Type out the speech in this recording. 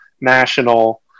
national